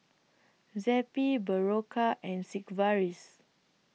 Zappy Berocca and Sigvaris